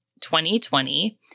2020